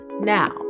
Now